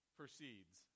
proceeds